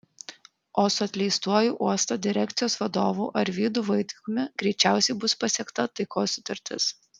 o su atleistuoju uosto direkcijos vadovu arvydu vaitkumi greičiausiai bus pasiekta taikos sutartis